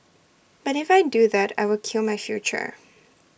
but if I do that I will kill my future